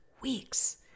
Weeks